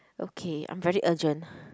okay I'm very urgent